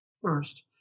first